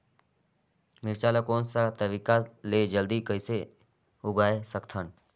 मिरचा ला कोन सा तरीका ले जल्दी कइसे उगाय सकथन?